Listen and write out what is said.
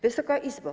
Wysoka Izbo!